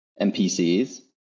NPCs